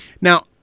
Now